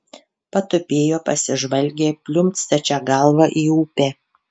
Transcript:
patupėjo pasižvalgė pliumpt stačia galva į upę